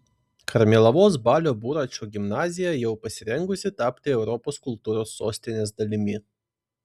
karmėlavos balio buračo gimnazija jau pasirengusi tapti europos kultūros sostinės dalimi